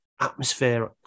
atmosphere